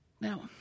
Now